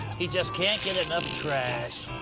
he just can't get enough trash.